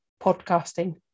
podcasting